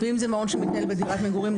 ואם זה מעון בדירת מגורים,